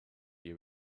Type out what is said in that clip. you